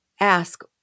Ask